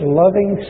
loving